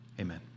Amen